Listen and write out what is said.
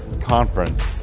conference